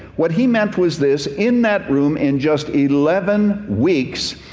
what he meant was this, in that room, in just eleven weeks,